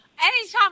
Anytime